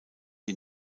die